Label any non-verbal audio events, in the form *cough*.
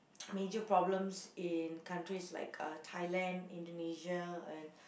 *noise* major problem in the countries like uh Thailand Indonesia and